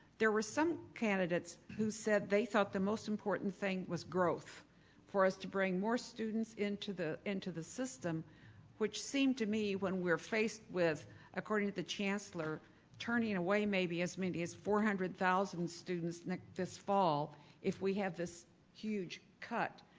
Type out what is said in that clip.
there were some candidates who said they thought the most important thing was growth for us to bring more students into the into the system which seemed to me when we're faced with according to the chancellor turning away maybe as many as four hundred thousand students this fall if we have this huge cut,